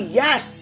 yes